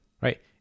Right